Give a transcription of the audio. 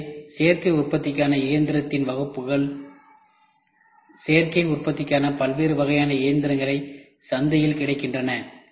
எனவே சேர்க்கை உற்பத்திக்கான இயந்திரத்தின் வகுப்புகள் சேர்க்கை உற்பத்திக்கான பல்வேறு வகையான இயந்திரங்கள் சந்தையில் கிடைக்கின்றன